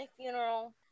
funeral